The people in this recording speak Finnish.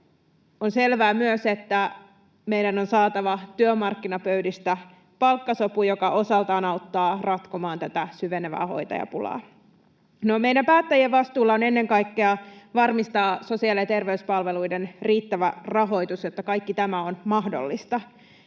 On selvää myös, että meidän on saatava työmarkkinapöydistä palkkasopu, joka osaltaan auttaa ratkomaan tätä syvenevää hoitajapulaa. No, meidän päättäjien vastuulla on ennen kaikkea varmistaa sosiaali- ja terveyspalveluiden riittävä rahoitus, jotta kaikki tämä on mahdollista,